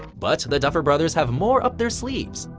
but, the duffer brothers have more up their sleeves.